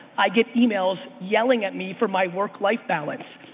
i get emails yelling at me for my work life balance.